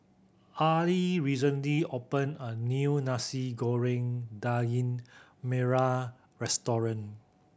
Arly recently opened a new Nasi Goreng Daging Merah restaurant